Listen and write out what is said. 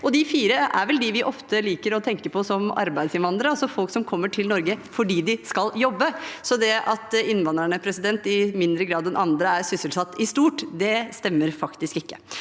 De fire er vel de vi ofte liker å tenke på som arbeidsinnvandrere, altså folk som kommer til Norge for di de skal jobbe. Så at innvandrerne i mindre grad enn andre er sysselsatt, i stort, stemmer faktisk ikke.